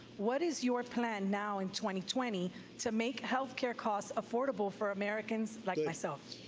what is your plan now in twenty twenty to make health care costs affordable for americans like myself?